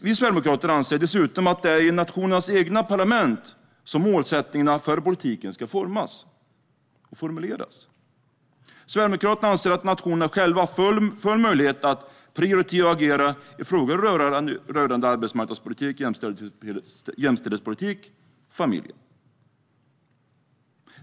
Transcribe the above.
Vi sverigedemokrater anser dessutom att det är i nationernas egna parlament som målsättningarna för politiken ska formas och formuleras. Sverigedemokraterna anser att nationerna själva har full möjlighet att prioritera och agera i frågor rörande arbetsmarknadspolitik, jämställdhetspolitik och familjepolitik.